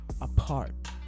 apart